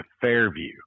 Fairview